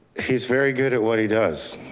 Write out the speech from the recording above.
he's very good at what he does.